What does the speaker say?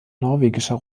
norwegischer